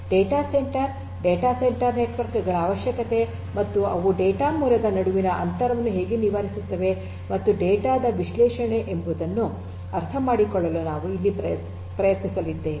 data centre data centre network ಗಳ ಅವಶ್ಯಕತೆ ಮತ್ತು ಅವು ಡೇಟಾ ಮೂಲದ ನಡುವಿನ ಅಂತರವನ್ನು ಹೇಗೆ ನಿವಾರಿಸುತ್ತವೆ ಮತ್ತು ಡೇಟಾ ದ ವಿಶ್ಲೇಷಣೆ ಎಂಬುದನ್ನು ಅರ್ಥಮಾಡಿಕೊಳ್ಳಲು ನಾವು ಇಲ್ಲಿ ಪ್ರಯತ್ನಿಸಲಿದ್ದೇವೆ